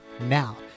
Now